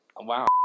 Wow